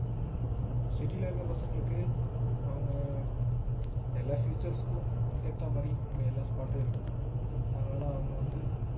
சிட்டியில் இருக்கற பசங்களுக்கு அவங்க எல்லா ஃபியூச்சர்ஸ்க்கும் ஏற்ற மாதிரி அங்கே எல்லா ஸ்பாட்டும் இருக்குது அதனால அவங்க வந்து